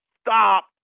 stop